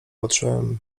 patrzyłem